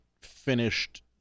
finished